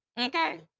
Okay